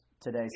today